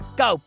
go